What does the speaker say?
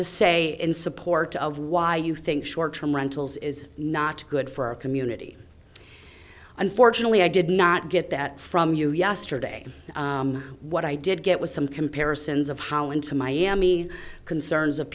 to say in support of why you think short term rentals is not good for our community unfortunately i did not get that from you yesterday what i did get was some comparisons of how into miami concerns of